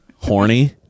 Horny